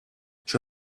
she